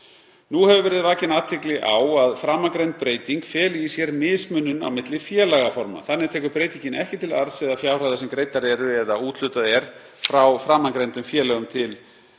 Nú hefur verið vakin athygli á að framangreind breyting feli í sér mismunun á milli félagaforma þar sem breytingin tekur ekki til arðs eða fjárhæða sem greiddar eru eða úthlutað er frá framangreindum félögum til kaupfélaga,